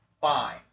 Fine